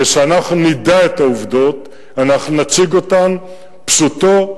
כשאנחנו נדע את העובדות אנחנו נציג אותן כפשוטן,